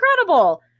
incredible